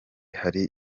hari